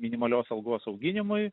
minimalios algos auginimui